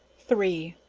three.